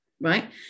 right